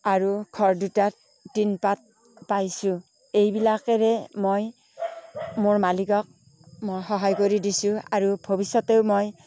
আৰু ঘৰ দুটাত টিনপাত পাইছোঁ এইবিলাকেৰে মই মোৰ মালিকক মই সহায় কৰি দিছোঁঁ আৰু ভৱিষ্যতেও মই